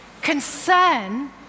Concern